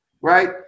Right